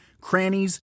crannies